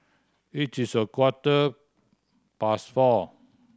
it is a quarter past four